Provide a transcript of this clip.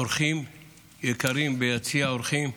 אורחים יקרים ביציע האורחים,